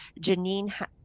janine